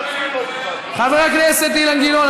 חבר הכנסת אילן גילאון,